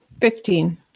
Fifteen